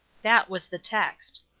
that was the text.